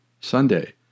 Sunday